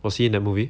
was he in the movie